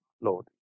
Lord